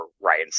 Ryan